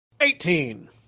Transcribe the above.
Eighteen